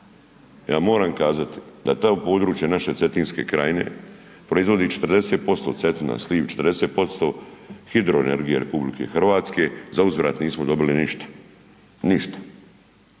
Ja moram kazati da ta područja naše Cetinske krajine proizvodi 40%, Cetina, sliv, 40% hidroenergije RH, za uzvrat nismo dobili ništa. Ništa.